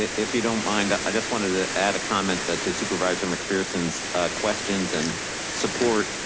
if you don't mind. ah i just wanted to add a comment ah to supervisor mcpherson's questions and support